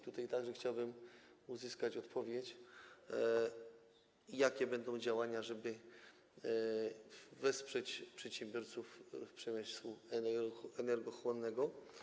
Tutaj także chciałbym uzyskać odpowiedź, jakie będą działania, żeby wesprzeć przedsiębiorców przemysłu energochłonnego.